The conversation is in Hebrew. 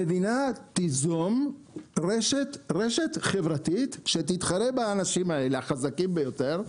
המדינה תיזום רשת חברתית שתתחרה באנשים האלה החזקים ביותר,